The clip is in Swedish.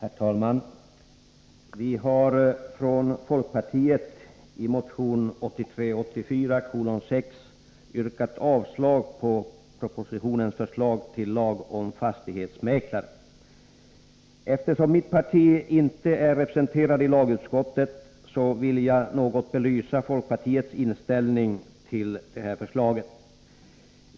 Herr talman! Vi har från folkpartiet i motion 6 yrkat avslag på propositionens förslag till lag om fastighetsmäklare. Eftersom mitt parti inte är representerat i lagutskottet, vill jag något belysa folkpartiets inställning till förslaget.